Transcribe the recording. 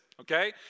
okay